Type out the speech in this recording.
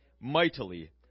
mightily